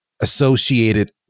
associated